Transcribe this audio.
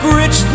rich